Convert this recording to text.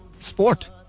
sport